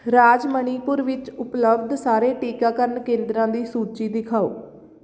ਰਾਜ ਮਣੀਪੁਰ ਵਿੱਚ ਉਪਲੱਬਧ ਸਾਰੇ ਟੀਕਾਕਰਨ ਕੇਂਦਰਾਂ ਦੀ ਸੂਚੀ ਦਿਖਾਓ